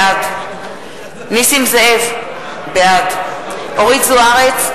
בעד נסים זאב, בעד אורית זוארץ,